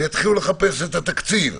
ויתחילו לחפש את התקציב,